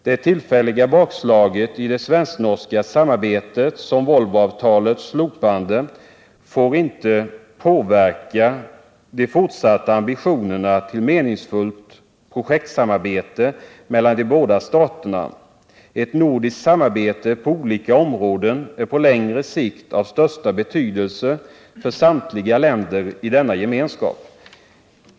Det tillfälliga bakslaget i det svensk-norska samarbetet, som Volvoavtalets slopande medförde, får inte påverka de fortsatta ambitionerna till ett meningsfullt projektsamarbete mellan de båda länderna. Ett nordiskt samarbete på olika områden är på längre sikt av största betydelse för samtliga länder i denna gemenskap.